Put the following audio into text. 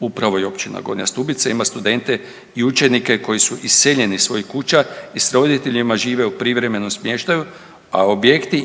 Upravo i općina Gornja Stubica ima studente i učenike koji su iseljeni iz svojih kuća i s roditeljima žive u privremenom smještaju, a objekti